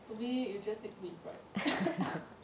to me you just need to be bright